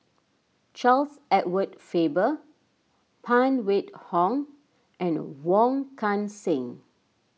Charles Edward Faber Phan Wait Hong and Wong Kan Seng